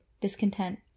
Discontent